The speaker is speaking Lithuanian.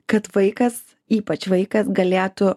kad vaikas ypač vaikas galėtų